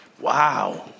Wow